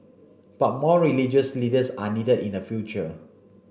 but more religious leaders are needed in the future